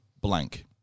blank